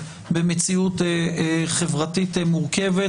במציאות חברתית מורכבת,